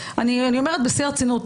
אני אומרת בשיא הרצינות,